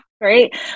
right